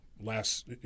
last